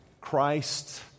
Christ